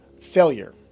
failure